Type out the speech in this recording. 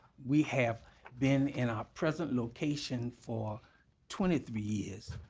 we have been in our present location for twenty three years.